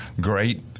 great